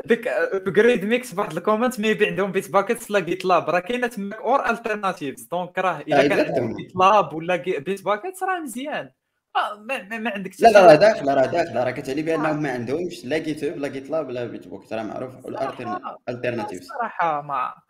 ديك- آه، قريت mix بعض الـcomments، maybe- عندهم Bitbucket لا GitLab. راه كاينة ميك- or alternatives. Donc راه إلا كان عندك Exactement. BitLab ولا Gi- Bitbucket، راه مزيان. آه، ما- ما- ما عندك شي لا، لا، شي راه واحد. داخل، راه داخل، راه كتعني بأنهم آه. ما عندهمش لا GitHub، لا GitLab، لا Bitbucket، راه معروف. صراحة، والـaltern- آه، alternatives. صراحة ما-